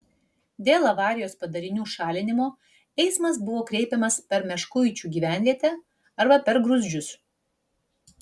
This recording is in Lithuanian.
dėl avarijos padarinių šalinimo eismas buvo kreipiamas per meškuičių gyvenvietę arba per gruzdžius